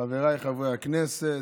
חבריי חברי הכנסת,